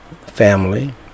family